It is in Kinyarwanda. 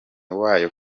wayo